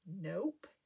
Nope